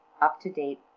up-to-date